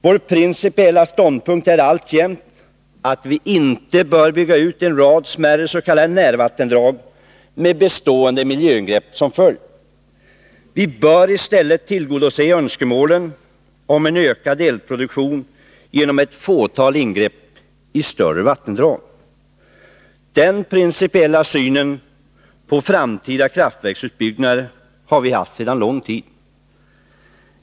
Vår principiella ståndpunkt är alltjämt att vi inte bör bygga ut en rad smärre s.k. närvattendrag med bestående miljöingrepp som följd. Vi bör i stället tillgodose önskemålen om en ökad elproduktion genom ett fåtal ingrepp i större vattendrag. Den principiella synen på framtida kraftverks utbyggnader har vi haft sedan lång tid.